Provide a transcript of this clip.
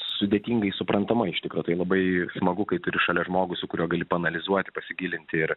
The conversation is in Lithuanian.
sudėtingai suprantamą iš tikro tai labai smagu kai turi šalia žmogų su kuriuo gali paanalizuoti pasigilinti ir